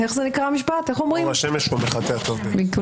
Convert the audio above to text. ואני